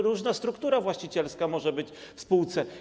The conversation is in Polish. Różna struktura właścicielska może być w spółce.